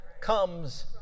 comes